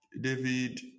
David